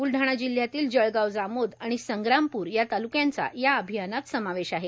बुलढाणा जिल्ह्यातील जळगाव जामोद आणि संग्रामपुर या तालुक्यांच्या या अभियानात समावेश आहे